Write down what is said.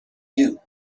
you